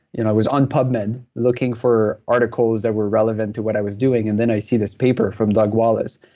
you know i was on pubmed looking for articles that were relevant to what i was doing, and then i see this paper from doug wallace.